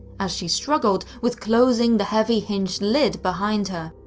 as she struggled with closing the heavy hinged lid behind her.